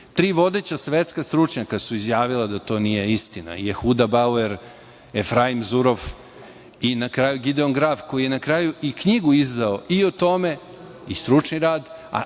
Tri vodeća svetska stručnjaka su izjavila da to nije istina - Jehuda Bauer, Efraim Zurof i Gideon Grajf, koji je na kraju i knjigu izdao i o tome i stručni rad